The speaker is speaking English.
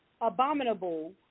Abominable